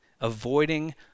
avoiding